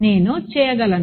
నేను చేయగలను